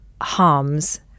harms